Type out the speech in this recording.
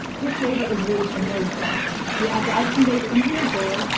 this flavor is really no fuss you add your ice cream base into your bowl.